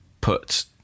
put